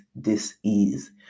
dis-ease